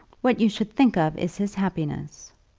what you should think of is his happiness.